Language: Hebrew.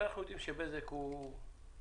אנחנו יודעים שבזק הוא גוליית,